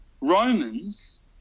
Romans